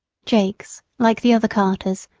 jakes, like the other carters,